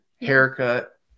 haircut